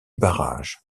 barrage